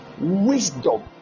wisdom